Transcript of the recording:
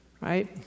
right